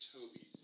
Toby